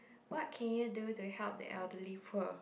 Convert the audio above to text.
what can you do to help the elderly poor